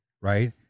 right